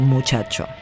Muchacho